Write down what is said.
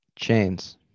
Chains